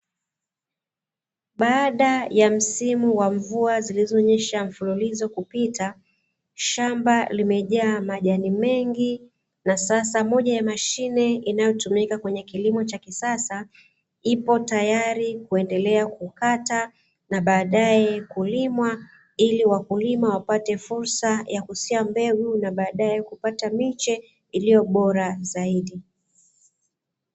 Baada ya msimu wa mvua zilizonyesha mfululizo kupita shamba limejaa majani mengi na sasa moja ya mashine inayotumika kwenye kilimo cha kisasa ipo tayari kuendelea kukata na baadaye kulimwa ili wakulima wapate fursa ya kutia mbegu na baadaye kupata miche iliyo bora zaidi